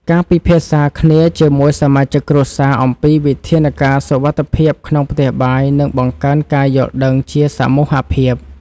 ការពិភាក្សាគ្នាជាមួយសមាជិកគ្រួសារអំពីវិធានការសុវត្ថិភាពក្នុងផ្ទះបាយនឹងបង្កើនការយល់ដឹងជាសមូហភាព។